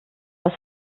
was